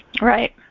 right